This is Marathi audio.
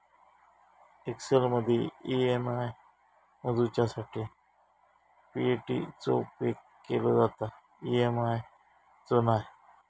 एक्सेलमदी ई.एम.आय मोजूच्यासाठी पी.ए.टी चो उपेग केलो जाता, ई.एम.आय चो नाय